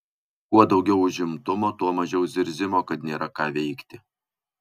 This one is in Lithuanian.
kuo daugiau užimtumo tuo mažiau zirzimo kad nėra ką veikti